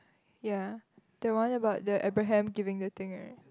ya that one about the Abraham giving the thing right